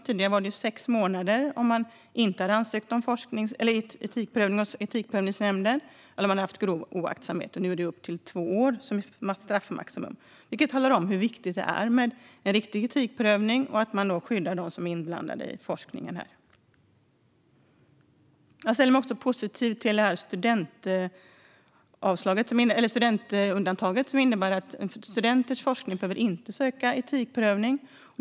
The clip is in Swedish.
Tidigare var straffet sex månaders fängelse om man inte ansökt om prövning hos Etikprövningsnämnden eller vid grov oaktsamhet. Nu blir straffmaximum två år. Detta talar om hur viktigt det är med en riktig etikprövning och att de som är inblandade i forskningen skyddas. Jag ställer mig också positiv till studentundantaget, som innebär att forskning utförd av studenter inte behöver etikprövas.